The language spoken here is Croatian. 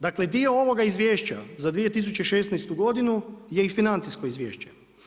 Dakle dio ovoga izvješća za 2016. godinu je i financijsko izvješće.